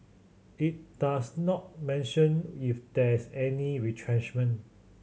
it does not mention if there's any retrenchment